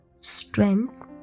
strength